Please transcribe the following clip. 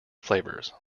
flavors